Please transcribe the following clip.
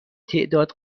تعداد